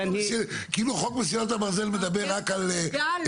כאילו חוק מסילת הברזל מדבר רק על --- רגע,